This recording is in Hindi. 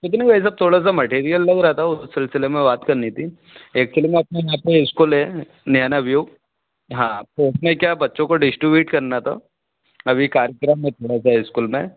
कुछ नहीं भाई साहब थोड़ा सा मटेरियल लग रहा था उस सिलसिले मे बात करनी थी एक्चुअल्ली अपने यहाँ पर इस्कूल है नया नेव्यू हाँ तो उसमें क्या बच्चों को डिस्ट्रिब्यूट करना था अभी कार्यक्रम एक हुआ था इस्कूल में